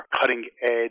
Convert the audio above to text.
cutting-edge